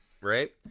right